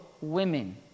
women